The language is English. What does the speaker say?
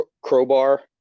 Crowbar